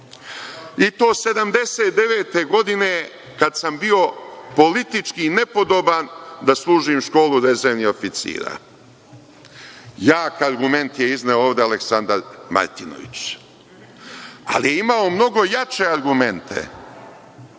i to 1979. godine, kada sam bio politički nepodoban da služim školu rezervnih oficira. Jak argument je izneo ovde Aleksandar Martinović, ali je imao mnogo jače argumente.